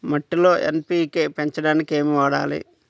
మట్టిలో ఎన్.పీ.కే పెంచడానికి ఏమి వాడాలి?